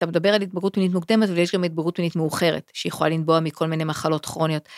אתה מדבר על התבגרות מינית מוקדמת, ויש גם התבגרות מינית מאוחרת, שיכולה לנבוע מכל מיני מחלות כרוניות.